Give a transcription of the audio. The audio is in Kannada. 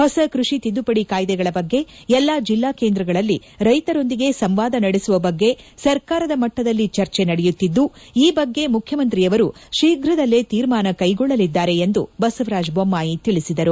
ಹೊಸ ಕೃಷಿ ತಿದ್ದುಪಡಿ ಕಾಯ್ದೆಗಳ ಬಗ್ಗೆ ಎಲ್ಲಾ ಜಿಲ್ಲಾ ಕೇಂದ್ರಗಳಲ್ಲಿ ರೈತರೊಂದಿಗೆ ಸಂವಾದ ನಡೆಸುವ ಬಗ್ಗೆ ಸರ್ಕಾರದ ಮಟ್ಟದಲ್ಲಿ ಚರ್ಚೆ ನಡೆಯುತ್ತಿದ್ದು ಈ ಬಗ್ಗೆ ಮುಖ್ಯಮಂತ್ರಿಯವರು ಶೀಘ್ರದಲ್ಲೇ ತೀರ್ಮಾನ ಕೈಗೊಳ್ಳಲಿದ್ದಾರೆ ಎಂದು ಬಸವರಾಜ ಬೊಮ್ಫಾಯಿ ತಿಳಿಸಿದರು